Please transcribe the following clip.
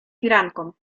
firanką